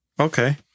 Okay